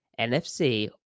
nfc